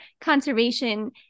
conservation